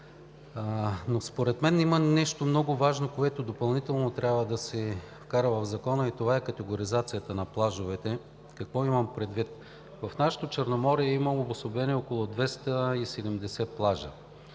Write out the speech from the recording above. Според мен има нещо много важно, което допълнително трябва да се вкара в Закона, и това е категоризацията на плажовете. Какво имам предвид? В нашето Черноморие има обособени около 270 плажа,